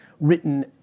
written